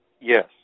Yes